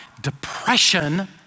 depression